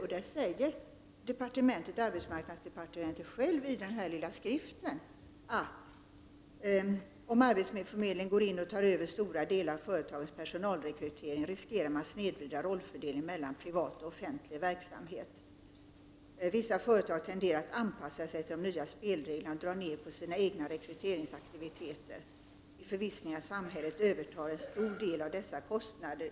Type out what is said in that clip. Arbetsmarknadsdepartementet säger följande i den skrift som jag här har med mig: ”Om arbetsförmedlingen går in och tar över stora delar av företagens personalrekrytering riskerar man att snedvrida rollfördelningen mellan privat och offentlig verksamhet. Vissa företag tenderar att anpassa sig till de nya spelreglerna och drar ner på sina egna rekryteringsaktiviteter i förvissningen om att samhället övertar en stor del av dessa kostnader.